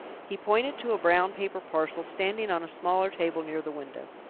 he pointed to a brown paper parcel standing on a smaller table near the window.